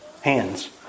Hands